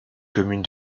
commune